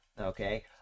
Okay